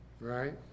Right